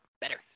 Better